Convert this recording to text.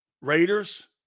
Raiders